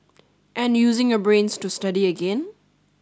and using your brains to study again